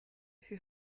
who